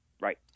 Right